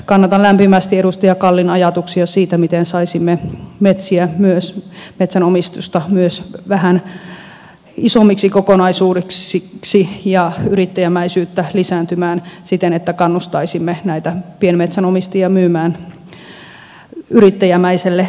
kannatan lämpimästi edustaja kallin ajatuksia siitä miten saisimme metsänomistusta myös vähän isommiksi kokonaisuuksiksi ja yrittäjämäisyyttä lisääntymään siten että kannustaisimme näitä pienmetsänomistajia myymään yrittäjämäisille metsänomistajille metsiään